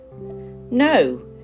No